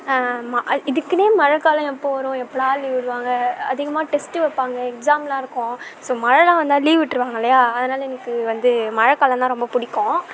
அது இதுக்குன்னே மழை காலம் எப்போ வரும் எப்படா லீவு விடுவாங்க அதிகமாக டெஸ்ட்டு வைப்பாங்க எக்ஸாம் எல்லாம் இருக்கும் ஸோ மழைலாம் வந்தால் லீவு விட்டுருவாங்க இல்லையா அதனால எனக்கு வந்து மழை காலம் தான் ரொம்ப பிடிக்கும்